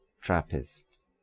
Trappist